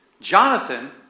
Jonathan